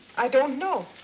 i don't know.